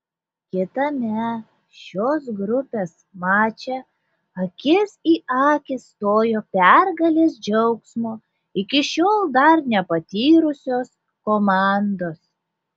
kitame šios grupės mače akis į akį stojo pergalės džiaugsmo iki šiol dar nepatyrusios komandos